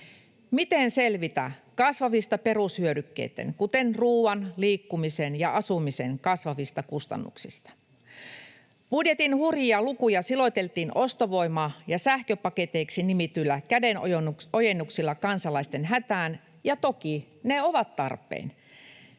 miten selvitä perushyödykkeiden, kuten ruuan, liikkumisen ja asumisen, kasvavista kustannuksista. Budjetin hurjia lukuja siloteltiin ostovoima- ja sähköpaketeiksi nimetyillä kädenojennuksilla kansalaisten hätään, ja toki ne ovat tarpeen.